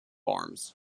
arms